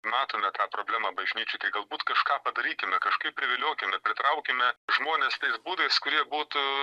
matome tą problemą bažnyčioj tai galbūt kažką padarykime kažkaip priviliokime pritraukime žmones tais būdais kurie būtų